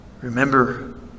Remember